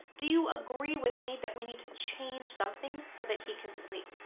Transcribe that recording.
do you agree with me that we need to change something so that he can sleep?